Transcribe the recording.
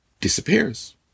disappears